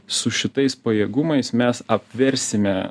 su šitais pajėgumais mes apversime